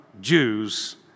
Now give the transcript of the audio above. Jews